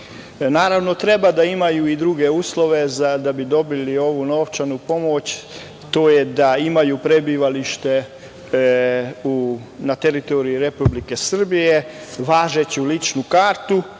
pomoć. Naravno, treba da imaju i druge uslove da bi dobili ovu novčanu pomoć. To je da imaju prebivalište na teritoriji Republike Srbije, važeću ličnu kartu